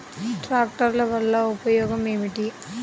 ట్రాక్టర్ల వల్ల ఉపయోగం ఏమిటీ?